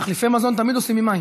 תחליפי מזון תמיד עושים עם מים.